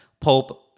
Pope